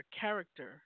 character